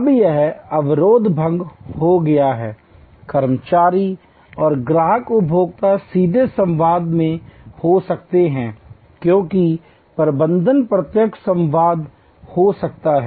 अब यह अवरोध भंग हो गया है कर्मचारी और ग्राहक उपभोक्ता सीधे संवाद में हो सकते हैं क्योंकि प्रबंधन प्रत्यक्ष संवाद हो सकता है